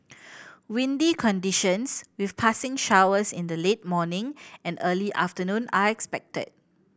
windy conditions with passing showers in the late morning and early afternoon are expected